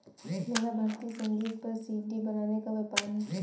मेरा भारतीय संगीत पर सी.डी बनाने का व्यापार है